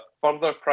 further